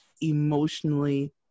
emotionally